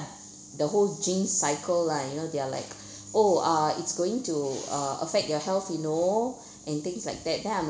the whole jinx cycle lah you know they're like oh uh it's going to uh affect your health you know and things like that then I'm